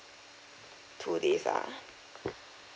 two days ah